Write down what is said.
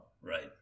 right